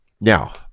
Now